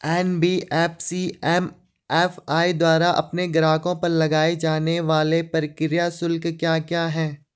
NBFC MFI द्वारा अपने ग्राहकों पर लगाए जाने वाले प्रक्रिया शुल्क क्या क्या हैं?